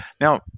now